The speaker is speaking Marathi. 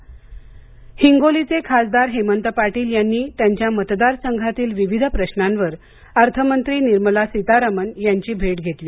हिंगोली हिंगोलीचे खासदार हेमंत पाटील यांनी त्यांच्या मतदारसंघातील विविध प्रश्नांवर अर्थमंत्री निर्मला सीतारामन यांची भेट घेतली